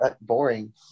boring